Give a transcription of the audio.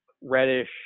Reddish